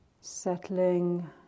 settling